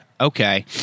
Okay